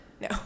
no